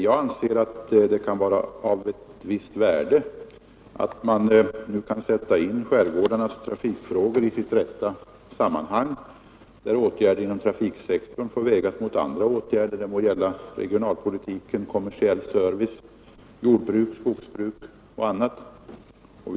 Jag anser att det kan vara av ett visst värde att man sätter in trafikfrågorna i deras rätta sammanhang, där åtgärder inom trafiksektorn får vägas mot andra åtgärder inom regionalpolitiken, kommersiell service, jordbruk, skogsbruk osv.